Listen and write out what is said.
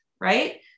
Right